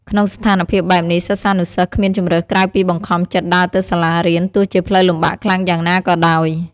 ក្នុងស្ថានភាពបែបនេះ សិស្សានុសិស្សគ្មានជម្រើសក្រៅពីបង្ខំចិត្តដើរទៅសាលារៀនទោះជាផ្លូវលំបាកខ្លាំងយ៉ាងណាក៏ដោយ។